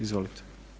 Izvolite.